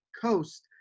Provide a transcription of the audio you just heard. coast